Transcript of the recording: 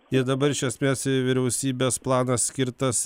ir dabar iš esmės ir vyriausybės planas skirtas